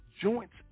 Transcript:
joints